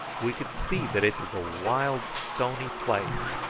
we could see that it was a wild stony place,